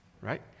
right